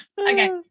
okay